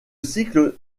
cycle